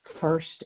first